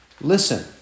listen